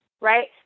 right